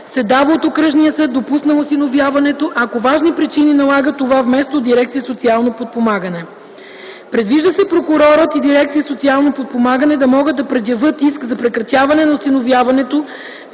се дава от окръжния съд, допуснал осиновяването, ако важни причини налагат това, вместо от дирекция „Социално подпомагане”. Предвижда се прокурорът и дирекция „Социално подпомагане” да могат да предявят иск за прекратяване на осиновяването